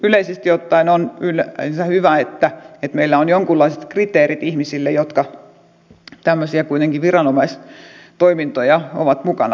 yleisesti ottaen on yleensä hyvä että meillä on jonkunlaiset kriteerit ihmisille jotka tämmöisiä kuitenkin viranomaistoimintoja ovat mukana tekemässä